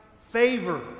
favor